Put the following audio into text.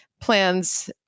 plans